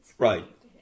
Right